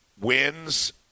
wins